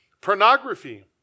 pornography